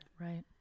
Right